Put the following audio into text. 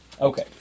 Okay